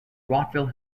rockville